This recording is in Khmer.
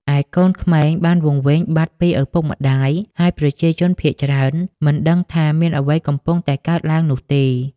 ឯកូនក្មេងបានវង្វេងបាត់ពីឪពុកម្តាយ ហើយប្រជាជនភាគច្រើនមិនដឹងថាមានអ្វីកំពុងតែកើតឡើងនោះទេ។